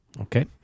Okay